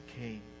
came